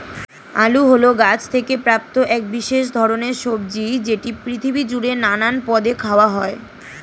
আলু হল গাছ থেকে প্রাপ্ত এক বিশেষ ধরণের সবজি যেটি পৃথিবী জুড়ে নানান পদে খাওয়া হয়